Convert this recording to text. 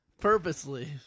Purposely